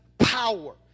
Power